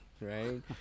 right